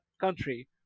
country